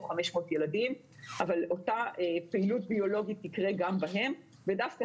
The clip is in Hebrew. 500 ילדים אבל אותה פעילות ביולוגית תקרה גם בהם ודווקא